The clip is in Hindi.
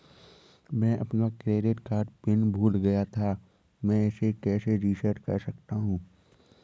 मैं अपना क्रेडिट कार्ड पिन भूल गया था मैं इसे कैसे रीसेट कर सकता हूँ?